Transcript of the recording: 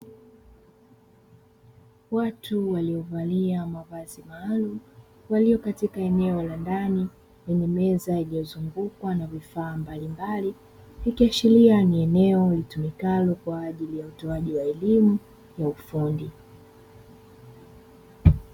Watu waliovalia mavazi maalumu walio katika eneo la ndani lenye meza iliyozungukwa na vifaa mbalimbali, ikiashiria ni eneo litumikalo kwa ajili ya utoaji wa elimu ya ufundi.